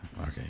okay